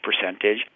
percentage